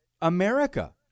America